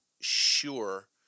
sure